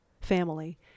family